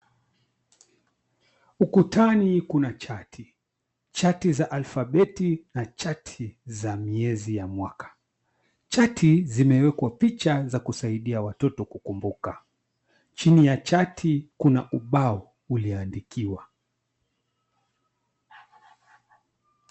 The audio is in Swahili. Ukutani kuna chati, chati za alfabeti na chati za miezi ya mwaka. Chati zimewekwa picha za kusaidia watoto kukumbuka. Chini ya chati kuna ubao ulioandikiwa.